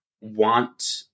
want